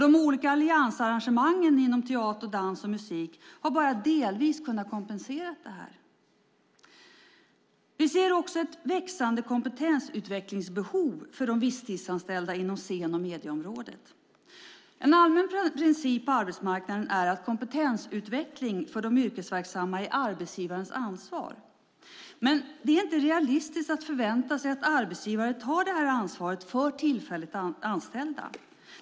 De olika alliansarrangemangen inom teater, dans och musik har bara delvis kunnat kompensera för detta. Vi ser också ett växande kompetensutvecklingsbehov för de visstidsanställda inom scen och medieområdet. En allmän princip på arbetsmarknaden är att kompetensutveckling för de yrkesverksamma är arbetsgivarens ansvar, men det är inte realistiskt att förvänta sig att arbetsgivaren tar detta ansvar för tillfälligt anställda.